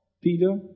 Peter